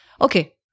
Okay